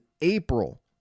April